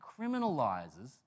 criminalizes